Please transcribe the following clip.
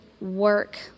work